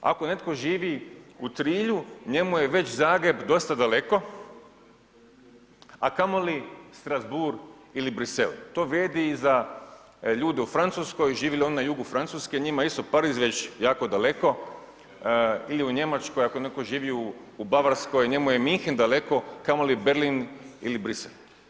Ako netko živi u Trilju njemu je već Zagreb dosta daleko, a kamoli Strasbourgu ili Bruxelles, to vrijedi i za ljude u Francuskoj, živjeli oni na jugu Francuske, njima isto Pariz već jako daleko ili u Njemačkoj ako neko živi u Bavarskoj njemu je München daleko, a kamoli Berlin ili Bruxelles.